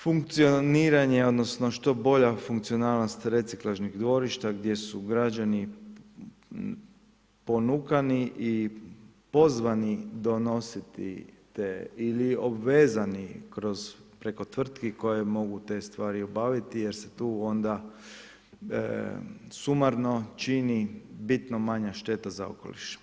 Funkcioniranje odnosno što bolja funkcionalnost reciklažnih dvorišta gdje su građani ponukani i pozvani donositi te ili obvezani kroz preko tvrtki koje mogu te stvari obaviti jer se tu onda sumarno čini bitno manja šteta za okoliš.